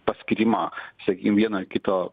paskyrimą sakykim vieno ar kito